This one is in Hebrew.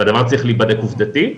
והדבר צריך להיבדק עובדתית,